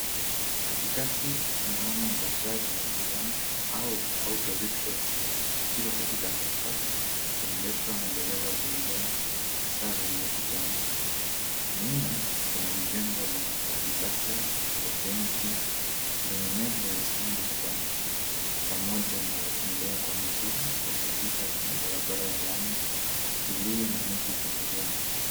Katikati tunaona bajaji ya manjano au toriksho ikiwa katika harakati ikiendeshwa na dereva aliyevaa sare ya kijani nyuma kuna mjengo wa kisasa wa benki lenye nembo ya StanBik Bank pamoja na watembea kwa miguu wakipita kwenye barabara ya lami iliyo na miti pembezoni.